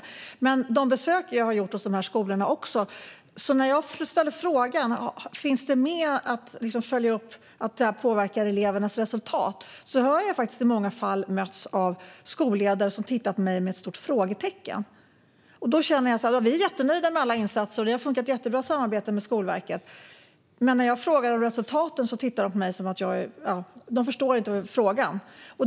När jag under de besök jag gjort på dessa skolor ställt frågan om det finns med att följa upp hur detta påverkar elevernas resultat har jag faktiskt i många fall mötts av skolledare som tittar på mig med ett stort frågetecken. De säger att de är jättenöjda med alla insatser och att samarbetet med Skolverket har funkat jättebra, men när jag frågar om resultaten tittar de på mig som att de inte förstår frågan.